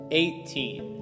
eighteen